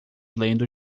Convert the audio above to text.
lendo